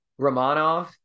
Romanov